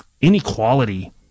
inequality